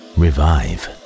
revive